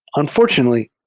unfortunately,